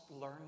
learn